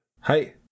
Hi